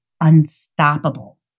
unstoppable